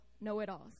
know-it-alls